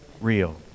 real